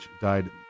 died